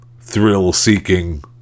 thrill-seeking